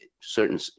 certain